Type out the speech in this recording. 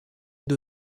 due